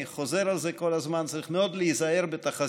אני חוזר על זה כל הזמן: צריך מאוד להיזהר בתחזיות,